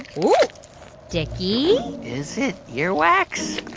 it's sticky is it yeah earwax?